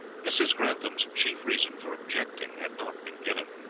mrs. grantham's chief reason for objecting had not been given.